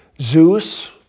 Zeus